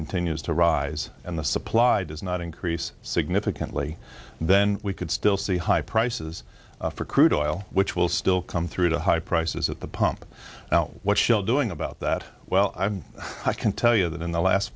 continues to rise and the supply does not increase significantly then we could still see high prices for crude oil which will still come through the high prices at the pump now what shell doing about that well i can tell you that in the last